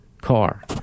car